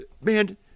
man